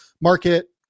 market